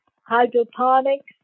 hydroponics